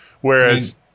Whereas